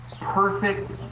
perfect